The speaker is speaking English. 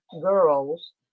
girls